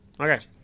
Okay